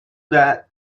that